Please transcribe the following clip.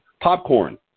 popcorn